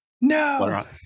No